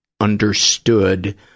understood